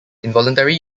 involuntary